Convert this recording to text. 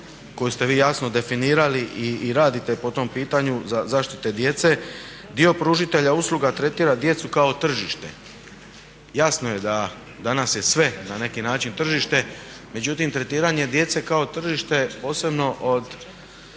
koju ste vi jasno definirali i radite po tom pitanju zaštite djece dio pružatelja usluga tretira djecu kao tržište. Jasno je da danas je sve na neki način tržište, međutim tretiranje djece kao tržište posebno od